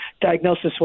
diagnosis